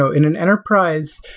ah in an enterprise,